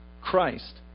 Christ